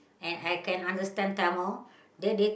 and I can understand Tamil then they